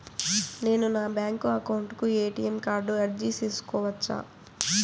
నేను నా bank account కు ఎ.టి.ఎం కార్డు అర్జీ సేసుకోవచ్చా?